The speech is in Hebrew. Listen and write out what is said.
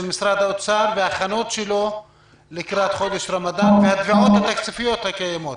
משרד האוצר וההכנות שלו לקראת חודש רמדאן והתביעות התקציביות הקיימות.